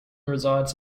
resides